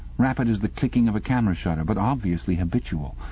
rapid as the clicking of a camera shutter, but obviously habitual.